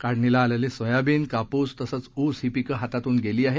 काढणीला आलेली सोयाबीन कापूस तसंच ऊस ही पिकं हातातून गेली आहेत